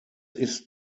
ist